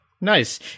Nice